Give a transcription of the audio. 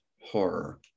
horror